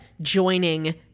joining